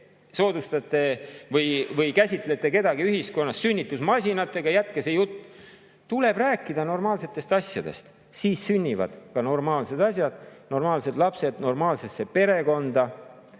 et te käsitlete kedagi ühiskonnas sünnitusmasinana. Jätke see jutt! Tuleb rääkida normaalsetest asjadest, siis sünnivad ka normaalsed asjad, normaalsed lapsed normaalsesse perekonda.